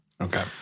Okay